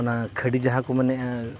ᱚᱱᱟ ᱠᱷᱟᱹᱰᱤ ᱡᱟᱦᱟᱸ ᱠᱚ ᱢᱮᱱᱮᱫᱼᱟ